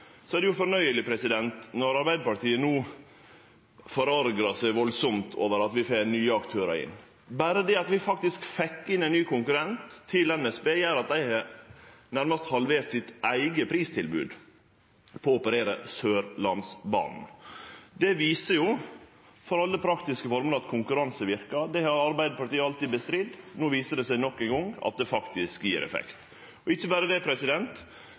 vi får nye aktørar inn. Berre det at vi faktisk fekk inn ein ny konkurrent til NSB, gjer at dei nærmast har halvert sitt eige pristilbod på å operere Sørlandsbanen. Det viser for alle praktiske føremål at konkurranse verkar. Det har Arbeidarpartiet alltid nekta for. No viser det seg nok ein gong at det faktisk gjev effekt. Og ikkje berre det: